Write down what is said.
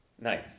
Nice